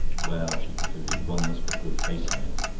well, she concluded, one must put a good face on it.